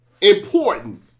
important